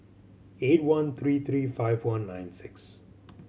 eight one three three five one nine six